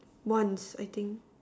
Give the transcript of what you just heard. once I think